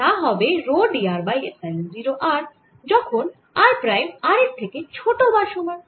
আর তা হবে rho d r by epsilon 0 r যখন r প্রাইম r এর থেকে ছোট বা সমান